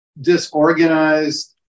disorganized